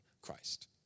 Christ